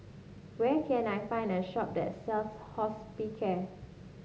where can I find a shop that sells Hospicare